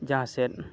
ᱡᱟᱦᱟᱸ ᱥᱮᱫ